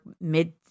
mid